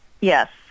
Yes